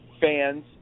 fans